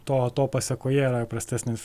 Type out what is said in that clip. to to pasekoje yra prastesnis